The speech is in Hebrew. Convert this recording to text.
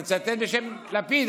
אני מצטט בשם לפיד,